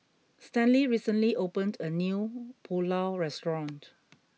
Stanley recently opened a new Pulao restaurant